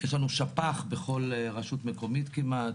יש לנו שפ"ח בכל רשות מקומית כמעט,